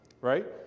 right